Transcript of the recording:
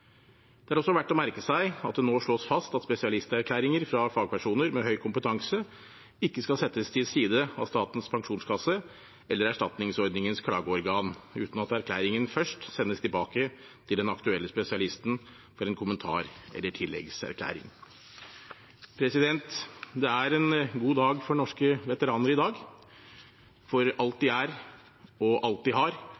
Det er også verdt å merke seg at det nå slås fast at spesialisterklæringer fra fagpersoner med høy kompetanse ikke skal settes til side av Statens pensjonskasse eller erstatningsordningens klageorgan, uten at erklæringen først sendes tilbake til den aktuelle spesialisten for en kommentar eller tilleggserklæring. Det er en god dag for norske veteraner i dag, for alt